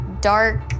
dark